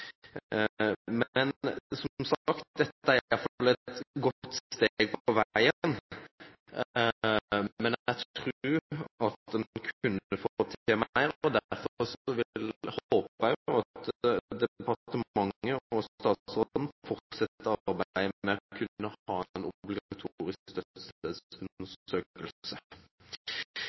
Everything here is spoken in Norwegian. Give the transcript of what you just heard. som sagt et godt steg på veien, men jeg tror at en kunne fått til mer. Derfor håper jeg jo at departementet og statsråden fortsetter arbeidet med en obligatorisk